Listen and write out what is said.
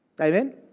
Amen